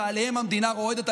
שעליהם המדינה רועדת,